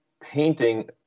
painting